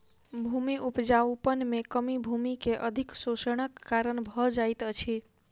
भूमि उपजाऊपन में कमी भूमि के अधिक शोषणक कारण भ जाइत अछि